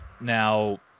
Now